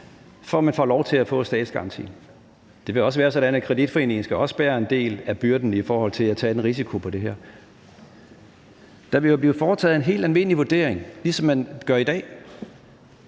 for at man får lov til at få statsgaranti. Det vil også være sådan, at kreditforeningen også skal bære en del af byrden i forhold til at tage en risiko på det her. Der vil jo blive foretaget en helt almindelig vurdering, ligesom man gør i dag,